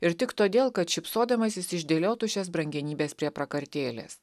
ir tik todėl kad šypsodamasis išdėliotų šias brangenybes prie prakartėlės